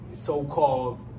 so-called